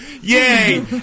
Yay